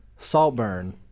Saltburn